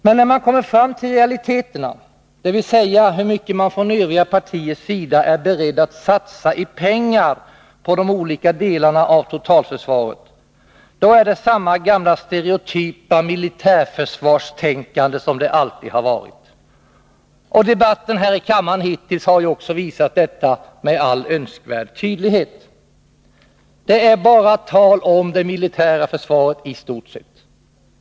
Men när man kommer fram till realiteterna, dvs. hur mycket man från övriga partiers sida är beredd att satsa i pengar på de olika delarna av totalförsvaret, då är det samma gamla stereotypa militärförsvarstänkande som det alltid har varit. Debatten i kammaren hittills har också visat detta med all önskvärd tydlighet. Det är i stort sett bara tal om det militära försvaret.